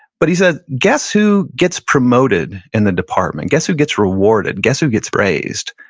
but he says, guess who gets promoted in the department? guess who gets rewarded? guess who gets praised?